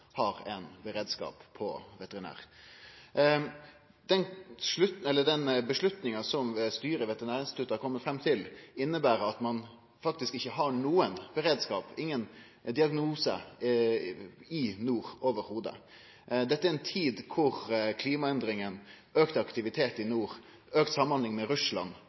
har ein beredskap når det gjeld veterinær. Den avgjerda som styret i Veterinærinstituttet har komme fram til, inneber at ein faktisk ikkje har nokon beredskap, ingen diagnostikk, i nord i det heile. Dette er i ei tid da klimaendringane, auka aktivitet i nord, auka samhandling med Russland,